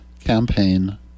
campaign